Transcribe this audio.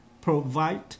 provide